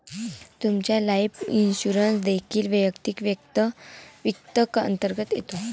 तुमचा life insurance देखील वैयक्तिक वित्त अंतर्गत येतो